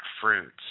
fruits